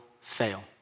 fail